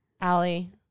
Allie